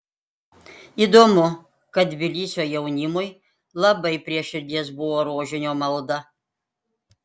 įdomu kad tbilisio jaunimui labai prie širdies buvo rožinio malda